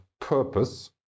Purpose